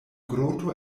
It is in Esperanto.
groto